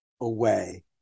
away